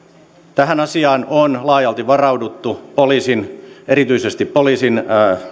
tähän asiaan on laajalti varauduttu erityisesti poliisin